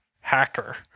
hacker